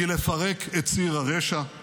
היא לפרק את ציר הרשע,